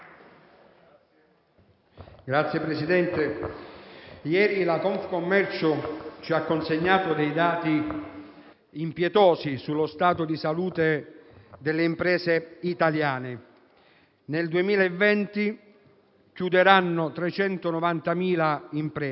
Signor Presidente, ieri la Confcommercio ci ha consegnato dei dati impietosi sullo stato di salute delle imprese italiane: nel 2020 chiuderanno 390.000 imprese,